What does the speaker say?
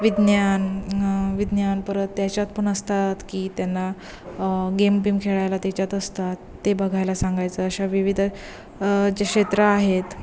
विज्ञान विज्ञान परत त्याच्यात पण असतात की त्यांना गेम बेम खेळायला त्याच्यात असतात ते बघायला सांगायचं अशा विविध जे क्षेत्र आहेत